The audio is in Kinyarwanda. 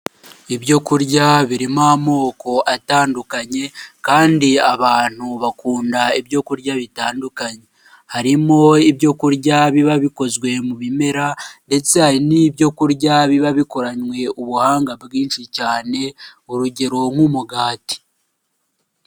Ibyo kurya birimo amoko atandukanye kandi abantu bakunda ibyo kurya bitandukanye. Harimo ibyo kurya biba bikozwe mu bimera ndetse n'ibyo kurya biba bikoranywe ubuhanga bwinshi cyane urugero nk'umugati.